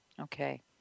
Okay